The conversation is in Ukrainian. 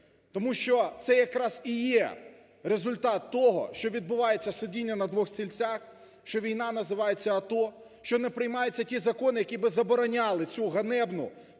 Тому що це якраз і є результат того, що відбувається сидіння на двох стільцях, що війна називається АТО, що не приймаються ті закони, які би забороняли цю ганебну